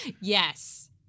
Yes